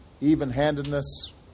even-handedness